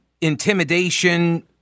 intimidation